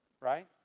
right